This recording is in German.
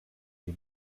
die